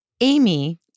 Amy